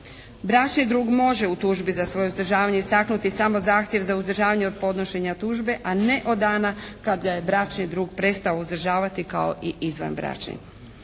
Bračni drug može u tužbi za svoje uzdržavanje istaknuti samo zahtjev za uzdržavanje od podnošenja tužbe, a ne od dana kad ga je bračni drug prestao uzdržavati kao i izvanbračni.